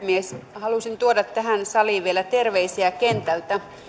halusin tuoda tähän saliin vielä terveisiä kentältä